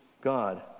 God